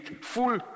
full